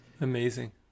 Amazing